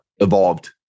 evolved